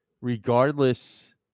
regardless